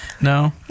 no